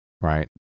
right